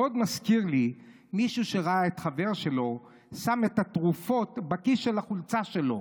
מאוד מזכיר לי מישהו שראה את חבר שלו שם את התרופות בכיס של החולצה שלו,